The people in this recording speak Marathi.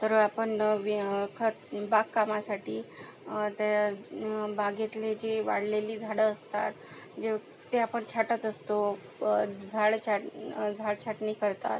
तर आपण नवी खत बागकामासाठी ते बागेतले जे वाढलेली झाडं असतात जे ते आपण छाटत असतो झाड छाट झाड छाटणी करतात